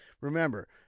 Remember